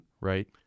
Right